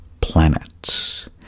planets